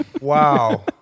Wow